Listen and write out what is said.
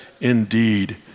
indeed